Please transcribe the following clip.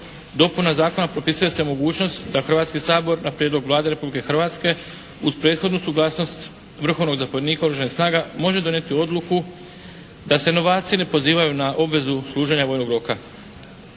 dopuna zakona propisuje se mogućnost da Hrvatski sabor na prijedlog Vlade Republike Hrvatske uz prethodnu suglasnost vrhovnog zapovjednika oružanih snaga može donijeti odluku da se novaci ne pozivaju na obvezu služenja vojnog roka.